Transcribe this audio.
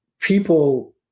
people